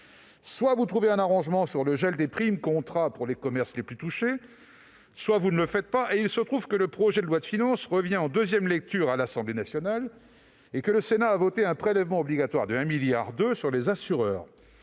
de trouver un arrangement sur le gel des primes contrats pour les commerces les plus touchés. « Et si vous ne le faites pas, leur dit-il, il se trouve que le projet de loi de finances revient en deuxième lecture à l'Assemblée nationale et que le Sénat a voté un prélèvement obligatoire de 1,2 milliard d'euros sur les assureurs